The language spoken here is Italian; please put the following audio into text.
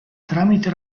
tramite